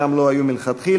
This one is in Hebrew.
שם לא היו מלכתחילה.